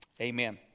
Amen